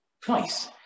Twice